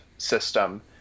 system